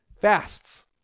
fasts